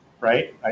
Right